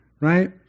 right